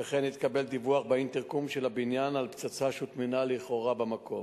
וכן התקבל דיווח באינטרקום של הבניין על פצצה שהוטמנה לכאורה במקום.